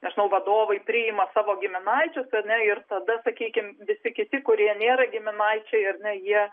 nežinau vadovai priima savo giminaičius ar ne ir tada sakykim visi kiti kurie nėra giminaičiai ar ne jie